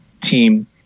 team